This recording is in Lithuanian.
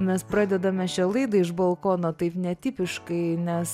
mes pradedame šią laidą iš balkono taip netipiškai nes